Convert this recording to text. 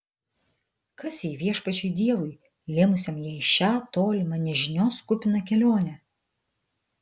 kas ji viešpačiui dievui lėmusiam jai šią tolimą nežinios kupiną kelionę